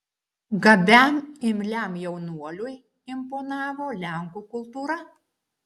gabiam imliam jaunuoliui imponavo lenkų kultūra